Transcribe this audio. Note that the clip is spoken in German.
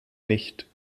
nicht